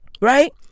Right